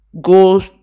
go